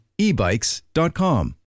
ebikes.com